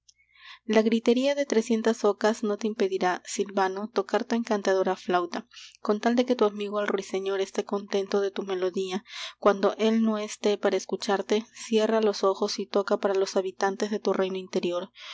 la gritería de trescientas ocas no te impedirá silvano tocar tu encantadora flauta con tal de que tu amigo el ruiseñor esté contento de tu melodía cuando él no esté para escucharte cierra los ojos y toca para los habitantes de tu reino interior